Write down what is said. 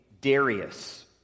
Darius